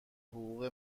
حقوق